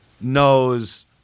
knows